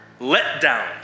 Letdown